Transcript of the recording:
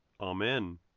Amen